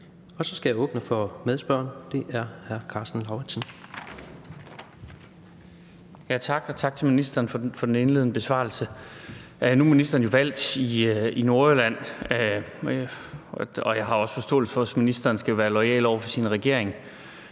og det er hr. Karsten Lauritzen. Kl. 16:45 Karsten Lauritzen (V): Tak, og tak til ministeren for den indledende besvarelse. Nu er ministeren jo valgt i Nordjylland, og jeg har også forståelse for, hvis ministeren skal være loyal over for sin regering,